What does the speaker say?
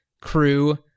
crew